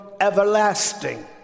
everlasting